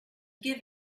give